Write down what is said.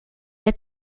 est